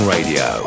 Radio